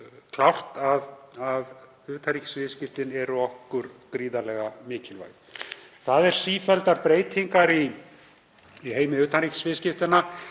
algerlega klárt að utanríkisviðskipti eru okkur gríðarlega mikilvæg. Það eru sífelldar breytingar í heimi utanríkisviðskipta.